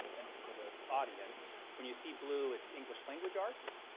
and for the audience, when you see blue it's english language arts,